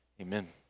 Amen